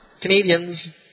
Canadians